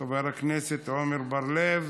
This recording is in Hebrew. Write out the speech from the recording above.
חבר הכנסת עמר בר-לב,